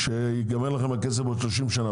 שייגמר לכם הכסף עוד שלושים שנה?